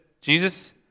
Jesus